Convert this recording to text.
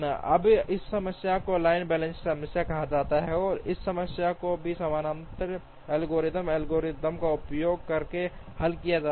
अब उस समस्या को लाइन बैलेंसिंग समस्या कहा जाता है और उस समस्या को भी सामान्यतः एल्गोरिथम एल्गोरिदम का उपयोग करके हल किया जाता है